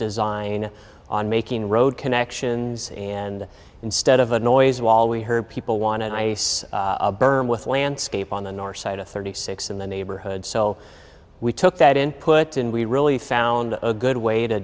design on making road connections and instead of a noise wall we heard people wanted i burned with landscape on the north side of thirty six in the neighborhood so we took that input and we really found a good way to